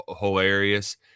hilarious